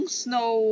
snow